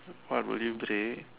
what would you bring